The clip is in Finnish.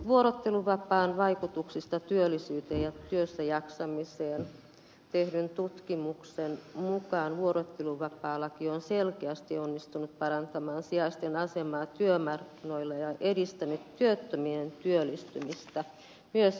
vuorotteluvapaan vaikutuksista työllisyyteen ja työssäjaksamiseen tehdyn tutkimuksen mukaan vuorotteluvapaalaki on selkeästi onnistunut parantamaan sijaisten asemaa työmarkkinoilla ja edistänyt työttömien työllistymistä myös vuorottelusijaisuuden jälkeen